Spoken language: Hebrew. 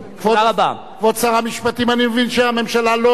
אני מבין שהממשלה לא מתערבת בענייני הכנסת,